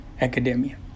academia